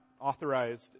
authorized